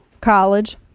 college